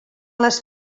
les